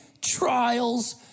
trials